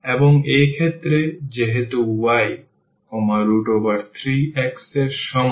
এবং এই ক্ষেত্রে যেহেতু y 3 x এর সমান